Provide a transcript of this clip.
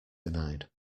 denied